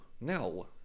no